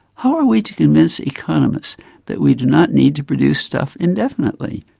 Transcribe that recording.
how are we to convince economists that we do not need to produce stuff indefinitely!